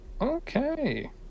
Okay